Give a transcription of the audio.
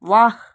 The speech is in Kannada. ವಾಹ್